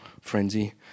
frenzy